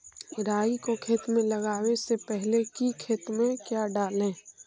राई को खेत मे लगाबे से पहले कि खेत मे क्या डाले?